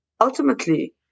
ultimately